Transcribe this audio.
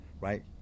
right